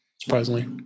surprisingly